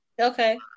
Okay